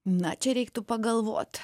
na čia reiktų pagalvot